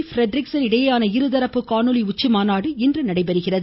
யிரெட்ரிக்ஸன் இடையேயான இருதரப்பு காணொலி உச்சிமாநாடு இன்று நடைபெறுகிறது